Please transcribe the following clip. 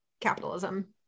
capitalism